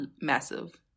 massive